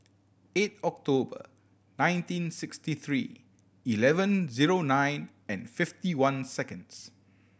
eight October nineteen sixty three eleven zero nine and fifty one seconds